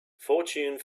fortune